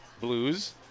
blues